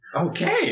Okay